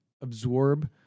absorb